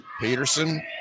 Peterson